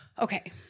okay